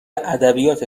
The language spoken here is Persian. ادبیات